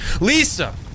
Lisa